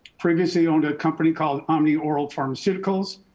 previously owned a company called omni oral pharmaceuticals.